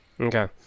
Okay